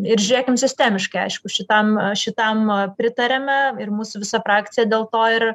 ir žiūrėkim sistemiškai aišku šitam šitam pritariame ir mūsų visų frakcija dėl to ir